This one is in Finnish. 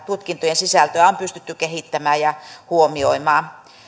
tutkintojen sisältöä on pystytty kehittämään ja huomioimaan